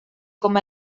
com